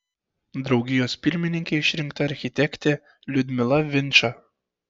draugijos pirmininke išrinkta architektė liudmila vinča